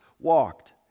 walked